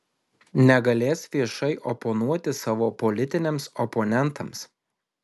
negalės viešai oponuoti savo politiniams oponentams